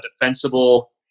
defensible